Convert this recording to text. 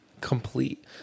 complete